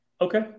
Okay